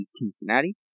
Cincinnati